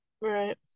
right